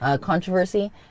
Controversy